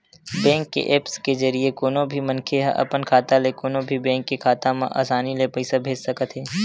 bank के apps के जरिए कोनो भी मनखे ह अपन खाता ले कोनो भी बेंक के खाता म असानी ले पइसा भेज सकत हे